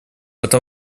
этом